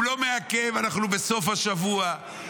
הוא לא מעכב, אנחנו בסוף השבוע.